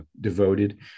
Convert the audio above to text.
devoted